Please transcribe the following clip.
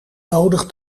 nodig